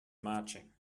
marching